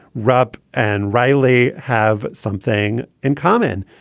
rupp and riley have something in common.